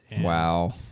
wow